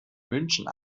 münchen